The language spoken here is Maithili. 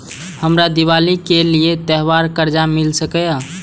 हमरा दिवाली के लिये त्योहार कर्जा मिल सकय?